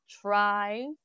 try